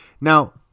Now